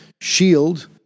shield